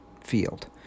field